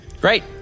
Great